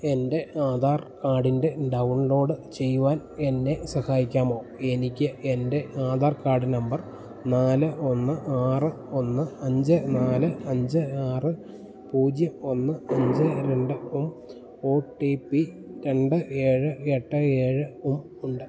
എന്റെ Aadhaar card download ചെയ്യുവാൻ എന്നെ സഹായിക്കാമോ എനിക്കെന്റെ ആധാർ കാഡ് നമ്പർ നാല് ഒന്ന് ആറ് ഒന്ന് അഞ്ച് നാല് അഞ്ച് ആറ് പൂജ്യം ഒന്ന് അഞ്ച് രണ്ടും ഓ ട്ടീ പി രണ്ട് ഏഴ് എട്ട് ഏഴുമുണ്ട്